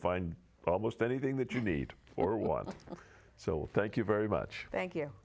find almost anything that you need or want so thank you very much thank you